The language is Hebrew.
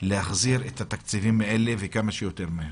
להחזיר את התקציבים האלה, וכמה שיותר מהר.